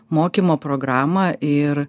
mokymo programą ir